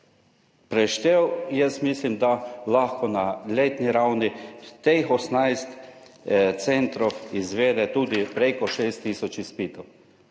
preštel, jaz mislim, da lahko na letni ravni teh 18 centrov izvede tudi preko 6 tisoč izpitov,